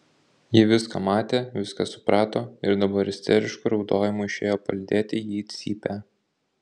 ji viską matė viską suprato ir dabar isterišku raudojimu išėjo palydėti jį į cypę